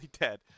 dead